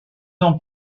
ans